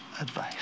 advice